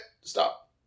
stop